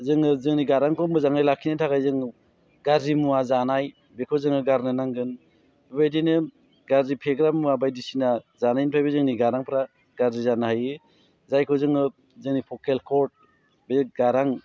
जोङो जोंनि गारांखौ मोजाङै लाखिनो थाखाय जोङो गाज्रि मुवा जानाय बेखौ जोङो गारनो नांगोन बेबायदिनो गाज्रि फेग्रा मुवा बायदिसिना जानायनिफ्रायबो जोंनि गारांफ्रा गाज्रि जानो हायो जायखौ जोङो जोंनि भकेल कर्द बे गारां